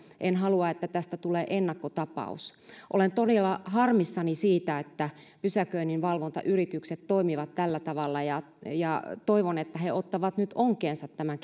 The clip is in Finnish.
en halua että tästä tulee ennakkotapaus olen todella harmissani siitä että pysäköinninvalvontayritykset toimivat tällä tavalla ja ja toivon että he ottavat nyt onkeensa tämän